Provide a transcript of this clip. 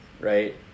right